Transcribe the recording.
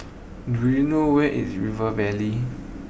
do you know where is River Valley